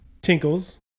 tinkles